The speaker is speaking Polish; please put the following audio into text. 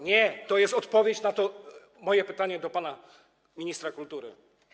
Nie, to jest odpowiedź na to moje pytanie do pana ministra kultury.